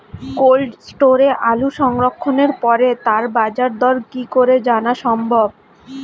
Cold স্টোরে আলু সংরক্ষণের পরে তার বাজারদর কি করে জানা সম্ভব?